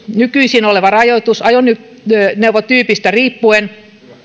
nykyisin rajoitus on ajoneuvotyypistä riippuen